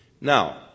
Now